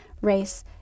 race